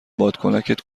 بادکنکت